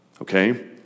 Okay